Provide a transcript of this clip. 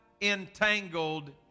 entangled